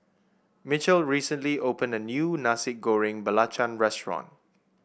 mitchel recently opened a new Nasi Goreng Belacan restaurant